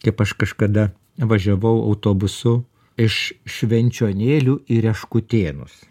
kaip aš kažkada važiavau autobusu iš švenčionėlių į reškutėnus